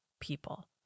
people